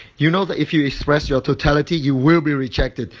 you know that if you express your totality you will be rejected.